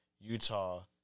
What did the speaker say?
Utah